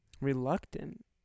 Reluctant